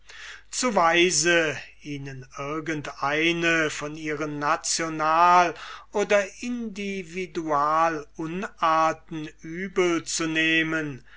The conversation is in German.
ihnen irgend eine von ihren national oder individualunarten übel zu nehmen